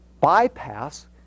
bypass